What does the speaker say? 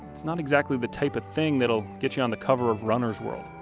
it's not exactly of a type of thing that it'll get you on the cover of runner's world.